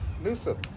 Newsom